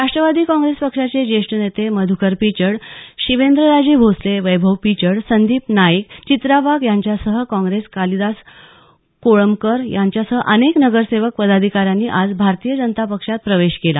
Rashtrawadi Congress पक्षाचे ज्येष्ठ नेते मध्रकर पिचड शिवेंद्रराजे भोसले वैभव पिचड संदीप नाईक चित्रा वाघ यांच्यासह काँग्रेस कालिदास कोळंबकर यांच्यासह अनेक नगरसेवक पदाधिकाऱ्यांनी आज भारतीय जनता पक्षात प्रवेश केला